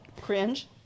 Cringe